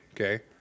okay